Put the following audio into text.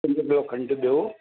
खंडु ॿियो खंडु ॿियो